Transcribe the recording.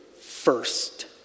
first